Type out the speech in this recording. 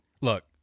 Look